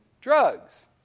drugs